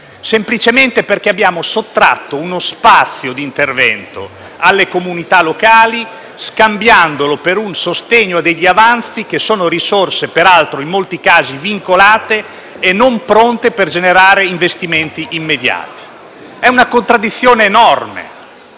semplicemente perché abbiamo sottratto uno spazio di intervento alle comunità locali, scambiandolo per un sostegno degli avanzi, che sono risorse peraltro in molti casi vincolate e non pronte per generare investimenti immediati. È una contraddizione enorme,